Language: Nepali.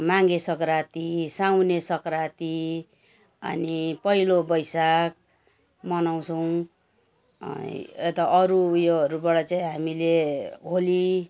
माघे सग्राँती साउने सग्राँती अनि पहिलो वैशाख मनाउँछौँ यता अरू उयोहरूबाट चाहिँ हामीले होली